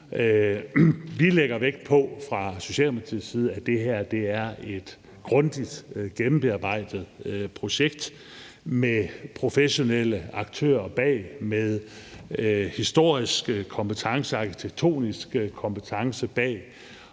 Vi lægger fra Socialdemokratiets side vægt på, at det her er et grundigt og gennembearbejdet projekt med professionelle aktører bag, med historiske kompetencer og arkitektoniske kompetencer bag,